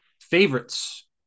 favorites